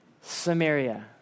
Samaria